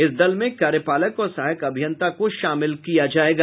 इस दल में कार्यपालक और सहायक अभियंता को शामिल किया जायेगा